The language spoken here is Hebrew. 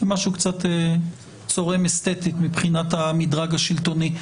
וזה קצת צורם אסתטית מבחינת המדרג השלטוני.